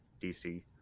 DC